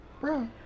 Bro